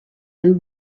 and